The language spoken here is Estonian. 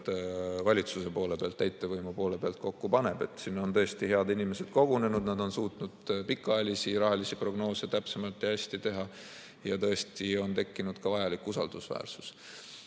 valitsuse poole pealt, täitevvõimu poole pealt kokku paneb. Sinna on tõesti head inimesed kogunenud, nad on suutnud pikaajalisi rahalisi prognoose täpsemalt, väga hästi teha ning tõesti on tekkinud ka vajalik usaldusväärsus.